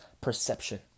perception